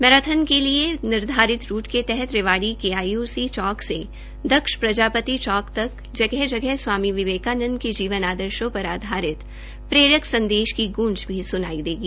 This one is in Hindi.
मैराथन के लिए निर्धारित रूट के तहत रेवाड़ी के आईओसी चौक से दक्ष प्रजापति चौक तक जगह जगह स्वामी विवेकानंद जी के जीवन आदर्शो पर आधारित प्रेरक संदेश की ग्रंज भी स्नाई देगी